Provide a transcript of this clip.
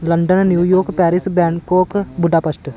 London New York Paris Bangkok Budapest